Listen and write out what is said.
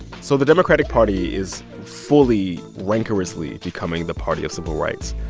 so the democratic party is fully, rancorously becoming the party of civil rights,